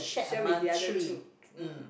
share with the other two mm